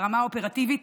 ברמה האופרטיבית,